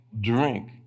drink